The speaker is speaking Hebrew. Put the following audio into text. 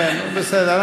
כן בסדר,